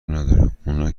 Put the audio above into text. نداره، اونا